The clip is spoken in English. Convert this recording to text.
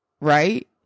right